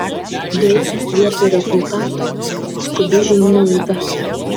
deja vietoj rezultato skubi žinių laida